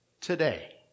today